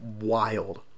Wild